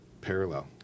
parallel